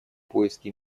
поиски